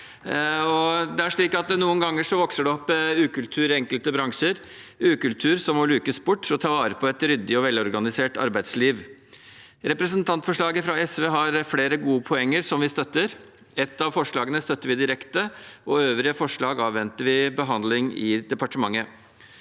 er en viktig sak. Noen ganger vokser det opp ukultur i enkelte bransjer – ukultur som må lukes bort for å ta vare på et ryddig og velorganisert arbeidsliv. Representantforslaget fra SV har flere gode poeng som vi støtter. Ett av forslagene støtter vi direkte, og øvrige forslag avventer vi behandling av i departementet.